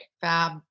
fab